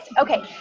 Okay